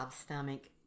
stomach